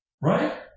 Right